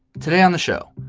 today on the show.